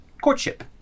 courtship